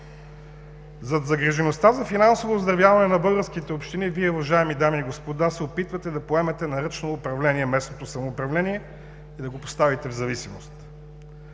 Зад загрижеността за финансово оздравяване на българските общини Вие, уважаеми дами и господа, се опитвате да поемете на ръчно управление местното самоуправление и да го поставите в зависимост.